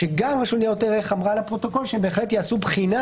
שגם רשות ניירות ערך אמרה לפרוטוקול שהם בהחלט יעשו בחינה